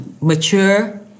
mature